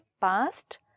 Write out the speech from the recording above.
past